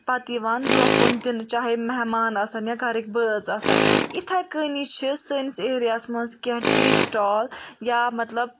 پَتہٕ یوان برٛونٚہہ کُن یِوان دِنہٕ چاہے میٚہمان آسن یا گَرِک بٲژ آسن اِتھٕے کٔنی چھِ سٲنِس ایریاہس منٛز کیٚنٛہہ ٹی سِٹال یا مطلب تِتھ